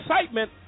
excitement